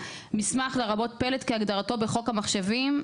"מסמך" לרבות פלט כהגדרתו בחוק המחשבים,